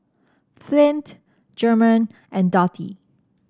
Flint German and Dottie